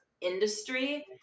industry